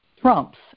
Trump's